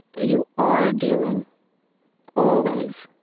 you are dealing always